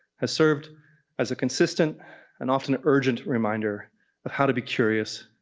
has served as a consistent and often urgent reminder of how to be curious,